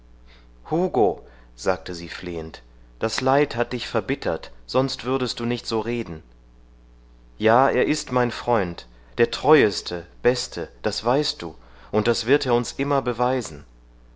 sagte sie flehend das leid hat dich verbittert sonst würdest du so nicht reden ja er ist mein freund der treueste beste das weißt du und das wird er uns immer beweisen